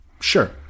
Sure